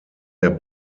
der